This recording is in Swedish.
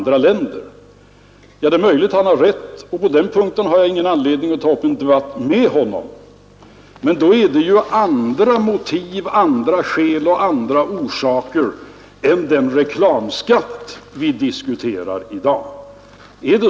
Det är i och för sig möjligt att han har rätt, och på denna punkt har jag ingen anledning att ta upp en debatt med honom, men då gäller det ju andra frågor än den reklamskatt vi diskuterar i dag.